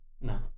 No